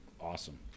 awesome